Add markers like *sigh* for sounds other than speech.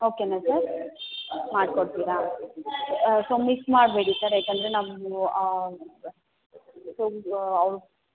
ಓಕೆನ ಸರ್ ಮಾಡಿಕೊಡ್ತೀರಾ so miss ಮಾಡಬೇಡಿ ಸರ್ ಯಾಕೆಂದ್ರೆ ನಾವು *unintelligible*